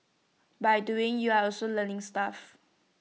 by doing you're also learning stuff